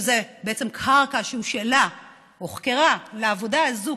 וזו בעצם קרקע שהושאלה או הוחכרה לעבודה הזו,